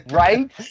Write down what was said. right